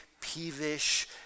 peevish